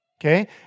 okay